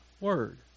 Word